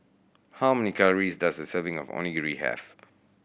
how many calories does a serving of Onigiri have